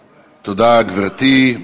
תודה, גברתי.